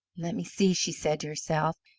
let me see, she said to herself.